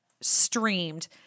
streamed